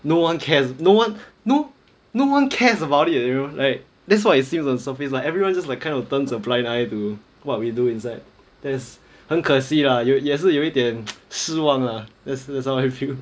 no one cares no one no no one cares about it you know like that's why it seems on the surface like everyone just like kind of turns a blind eye to what we do inside that's 很可惜啦有也是有一点 失望 lah that's that's how I feel